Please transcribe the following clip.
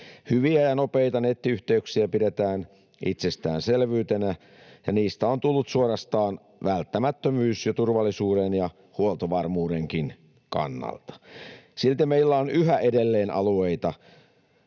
Hyviä ja nopeita nettiyhteyksiä pidetään itsestäänselvyytenä, ja niistä on tullut suorastaan välttämättömyys jo turvallisuuden ja huoltovarmuudenkin kannalta. Silti meillä on yhä edelleen alueita,